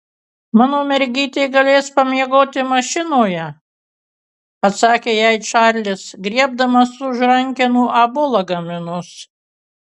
mano mergytė galės pamiegoti mašinoje atsakė jai čarlis griebdamas už rankenų abu lagaminus